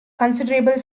considerable